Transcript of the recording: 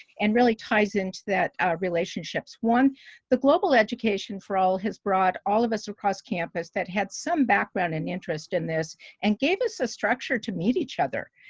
and really ties into that, relationships one the global education for all has brought all of us across campus that had some background and interest in this and gave us a structure to meet each other,